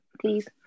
please